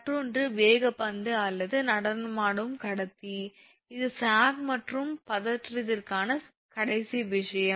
மற்றொன்று வேகப்பந்து அல்லது நடனமாடும் கடத்தி இது சாக் மற்றும் பதற்றத்திற்கான கடைசி விஷயம்